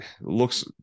looks